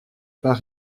pas